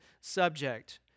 subject